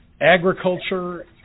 Agriculture